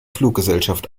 fluggesellschaft